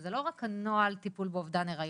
שזה לא רק הנוהל טיפול באובדן היריון,